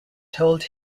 told